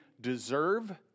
deserve